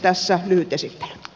tässä lyhyt esittely